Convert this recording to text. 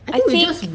I think